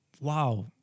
wow